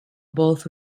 both